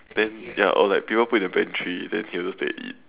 then ya or like people put in the pantry then he will just take and eat